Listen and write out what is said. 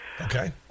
Okay